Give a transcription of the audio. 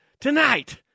tonight